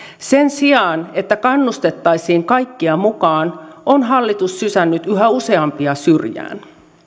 sen sijaan että kannustettaisiin kaikkia mukaan on hallitus sysännyt yhä useampia syrjään